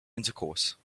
intercourse